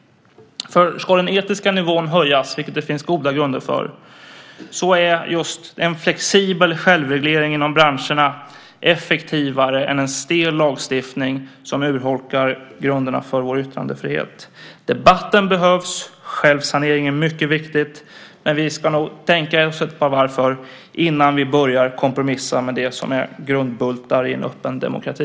Ska den etiska nivån höjas, vilket det finns goda grunder för, är just en flexibel självreglering inom branscherna effektivare än en stel lagstiftning som urholkar grunderna för vår yttrandefrihet. Debatten behövs, och självsanering är mycket viktigt. Men vi ska nog tänka oss för några varv innan vi börjar kompromissa med det som är grundbultar i en öppen demokrati.